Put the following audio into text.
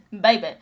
Baby